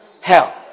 hell